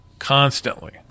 Constantly